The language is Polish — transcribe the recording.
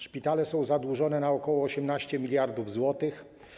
Szpitale są zadłużone na ok. 18 mld zł.